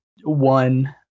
one